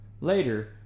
later